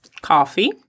Coffee